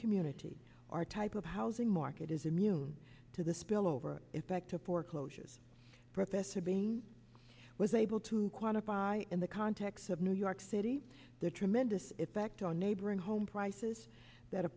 community are type of housing market is immune to the spillover effect a foreclosure is professor bain was able to quantify in the context of new york city the tremendous effect on neighboring home prices that